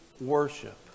worship